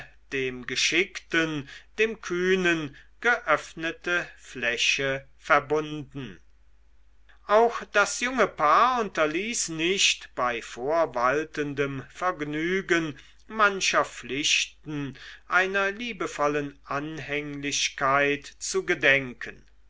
dem geschickten dem kühnen geöffnete fläche verbunden auch das junge paar unterließ nicht bei vorwaltendem vergnügen mancher pflichten einer liebevollen anhänglichkeit zu gedenken